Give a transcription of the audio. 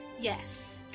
Yes